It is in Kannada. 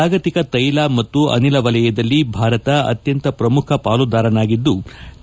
ಜಾಗತಿಕ ತೈಲ ಮತ್ತು ಅನಿಲ ವಲಯದಲ್ಲಿ ಭಾರತ ಅತ್ಯಂತ ಪ್ರಮುಖ ಪಾಲುದಾರನಾಗಿದ್ಲು